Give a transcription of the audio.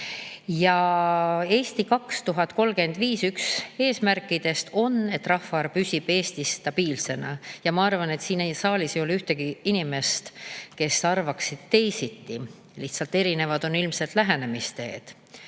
"Eesti 2035" üks eesmärkidest on, et rahvaarv püsib Eestis stabiilsena, ja ma arvan, et siin saalis ei ole ühtegi inimest, kes arvaks teisiti. Lihtsalt lähenemisteed